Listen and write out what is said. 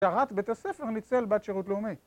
שרת בית הספר ניצל בת שירות לאומי